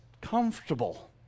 comfortable